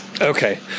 okay